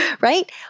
right